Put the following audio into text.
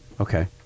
okay